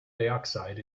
dioxide